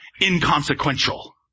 Inconsequential